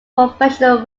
professional